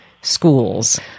schools